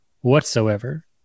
Whatsoever